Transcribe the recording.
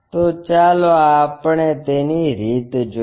તો ચાલો આપણે તેની રીત જોઈએ